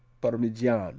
parmigiano